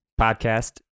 podcast